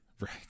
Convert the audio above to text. right